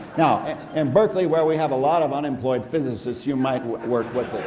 now in berkeley, where we have a lot of unemployed physicists, you might work with the